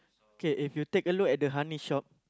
K if you take a look at the honey shop